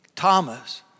Thomas